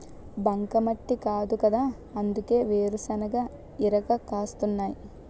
బంకమట్టి కాదుకదా అందుకే వేరుశెనగ ఇరగ కాస్తున్నాయ్